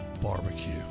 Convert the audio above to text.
Barbecue